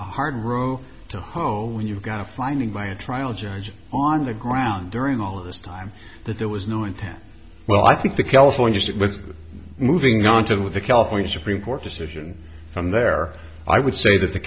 hard row to hoe when you've got a finding by a trial judge on the ground during all of this time that there was no intent well i think the california that was moving on to the california supreme court decision from there i would say that the